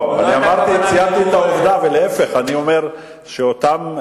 ציינתי את העובדה, ולהיפך, אני אומר שאותם,